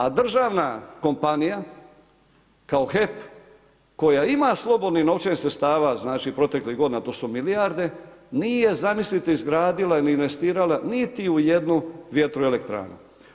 A državna kompanija kao HEP koja ima slobodnih novčanih sredstva znači, proteklih godina to su milijarde, nije zamislite izgradila ni investirala niti u jednu vjetroelektranu.